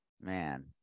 man